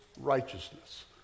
righteousness